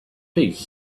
piece